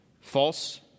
false